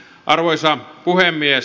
arvoisa puhemies